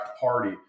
party